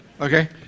Okay